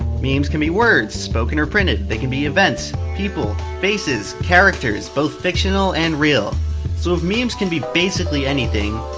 memes can be words, spoken or printed. they can be events, people, faces, characters, both fictional and real. so if memes can be basically anything,